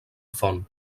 font